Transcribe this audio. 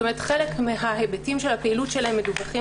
כלומר חלק מן ההיבטים של הפעילות שלהן מדווחים